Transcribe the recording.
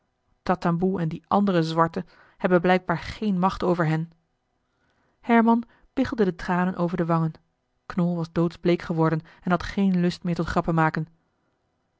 tatamboe en die andere zwarte hebben blijkbaar geen macht over hen herman biggelden de tranen over de wangen knol was doodsbleek geworden en had geen lust meer